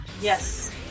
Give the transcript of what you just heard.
yes